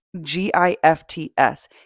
G-I-F-T-S